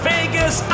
Vegas